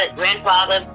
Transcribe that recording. grandfather